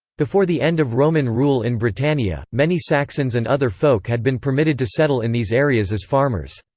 before the end of roman rule in britannia, many saxons and other folk had been permitted to settle in these areas as farmers.